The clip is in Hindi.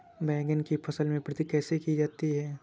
बैंगन की फसल में वृद्धि कैसे की जाती है?